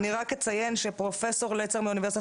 אני רק אציין שפרופ' לצר מאוניברסיטת